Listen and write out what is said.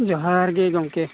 ᱡᱚᱦᱟᱨ ᱜᱮ ᱜᱚᱢᱠᱮ